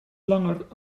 langer